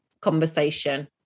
conversation